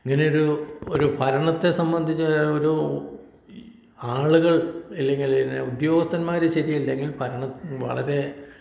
ഇന്നലെ ഒരൂ ഒരു ഭരണത്തെ സംബന്ധിച്ച് ഒരൂ ആളുകൾ ഇല്ലെങ്കിൽ ഇത് ഉദ്യോഗസ്ഥന്മാർ ശരിയല്ലെങ്കിൽ ഭരണത്തിന് വളരെ